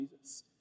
Jesus